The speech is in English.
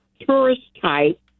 tourist-type